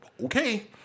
okay